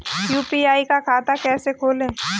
UPI का खाता कैसे खोलें?